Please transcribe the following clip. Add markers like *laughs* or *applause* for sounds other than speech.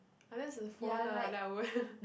unless is a phone lah then I would *laughs*